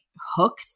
hook